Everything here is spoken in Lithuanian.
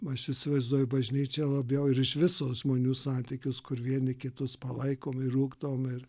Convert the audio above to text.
aš įsivaizduoju bažnyčia labiau ir iš viso žmonių santykius kur vieni kitus palaikom ir ugdom ir